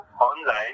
online